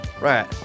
Right